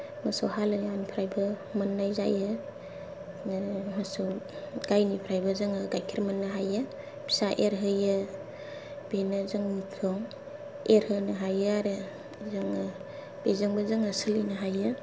मोसौ हालुवानिफ्रायबो मोननाय जायो बिदिनो मोसौ गाइनिफ्रायबो जोङो गाइखेर मोननो हायो फिसा एरहोयो बेनो जोंनिखौ एरहोनो हायो आरो जोङो बेजोंबो जोङो सोलिनो हायो